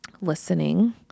Listening